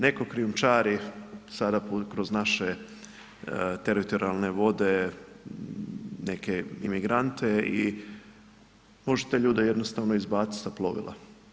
Netko krijumčari sada kroz naše teritorijalne vode neke imigrante i može te ljude jednostavno izbaciti sa plovila.